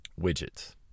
widgets